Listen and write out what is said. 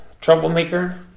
troublemaker